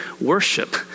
worship